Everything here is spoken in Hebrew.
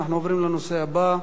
אנחנו עוברים לנושא הבא,